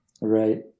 Right